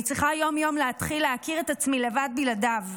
אני צריכה יום-יום להתחיל להכיר את עצמי לבד בלעדיו.